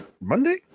Monday